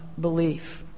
belief